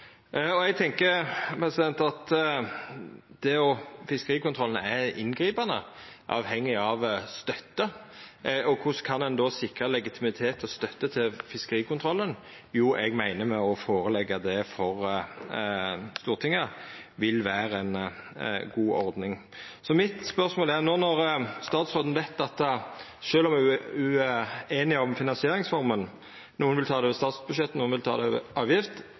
fiskerikontrollen er inngripande og avhengig av støtte. Korleis kan ein då sikra legitimitet og støtte til fiskerikontrollen? Jo, eg meiner at å leggja det fram for Stortinget vil vera ei god ordning. Så mitt spørsmål, når statsråden veit at sjølv om me er ueinige om finansieringsforma – nokon vil ta det over statsbudsjettet, nokon vil ta det over avgift